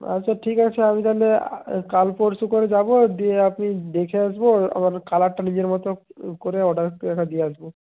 আচ্ছা ঠিক আছে আমি তাহলে কাল পরশু করে যাব দিয়ে আপনি দেখে আসবো আমার কালারটা নিজের মতো করে অর্ডারটা দিয়ে আসবো